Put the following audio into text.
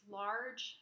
large